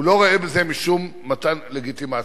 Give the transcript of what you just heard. הוא לא רואה בזה משום מתן לגיטימציה.